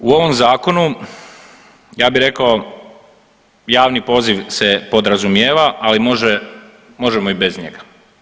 U ovom Zakonu, ja bih rekao, javnih poziv se podrazumijeva, ali možemo i bez njega.